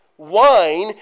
wine